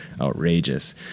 outrageous